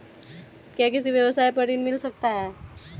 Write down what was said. क्या किसी व्यवसाय पर ऋण मिल सकता है?